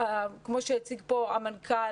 כמו שהציג פה המנכ"ל,